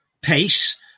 pace